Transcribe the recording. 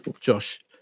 Josh